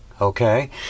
okay